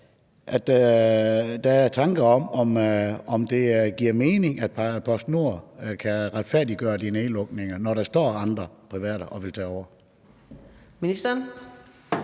Der er tanker om, om det giver mening, at PostNord kan retfærdiggøre de nedlukninger, når der står andre private og vil tage over. Kl.